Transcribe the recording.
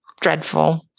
dreadful